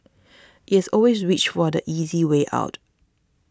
it has always reached for the easy way out